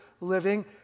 living